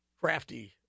crafty